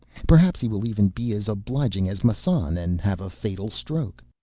perhaps he will even be as obliging as massan, and have a fatal stroke.